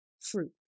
fruit